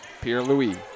Pierre-Louis